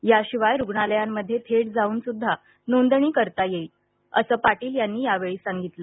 याशिवाय रुग्णालयांमध्ये थेट जाऊन सुद्धा नोंदणी करता येईल असं पाटील यांनी सांगितलं